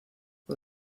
por